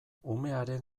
umearen